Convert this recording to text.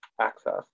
access